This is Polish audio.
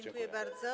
Dziękuję bardzo.